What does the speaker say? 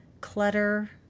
clutter